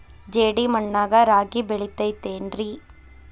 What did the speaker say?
ಜೇಡಿ ಮಣ್ಣಾಗ ರಾಗಿ ಬೆಳಿತೈತೇನ್ರಿ?